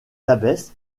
soins